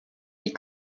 les